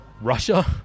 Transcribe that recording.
Russia